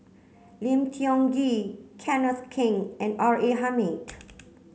Lim Tiong Ghee Kenneth Keng and R A Hamid